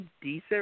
decent